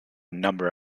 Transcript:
number